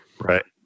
Right